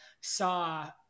saw